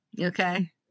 Okay